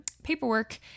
paperwork